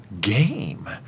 game